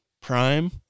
Prime